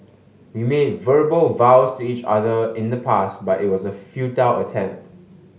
we made verbal vows to each other in the past but it was a futile attempt